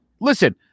listen